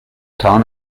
town